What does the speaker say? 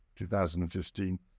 2015